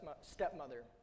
stepmother